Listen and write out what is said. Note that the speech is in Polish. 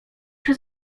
się